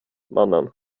mannen